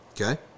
Okay